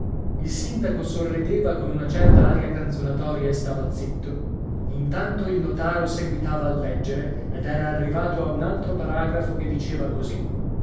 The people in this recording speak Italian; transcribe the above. il sindaco sorrideva con una certa aria canzonatoria e stava zitto intanto il notaro seguitava a leggere ed era arrivato a un altro paragrafo che diceva così